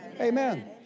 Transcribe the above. Amen